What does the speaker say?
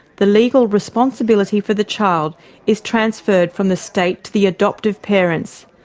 the legal responsibility for the child is transferred from the state to the adoptive parents,